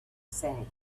sand